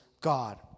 God